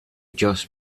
just